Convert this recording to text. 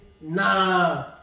nah